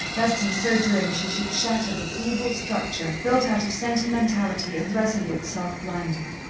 lest in so doing she should shatter the feeble structure built out of sentimentality and resolute self-blinding.